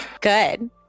Good